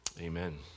amen